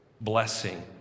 blessing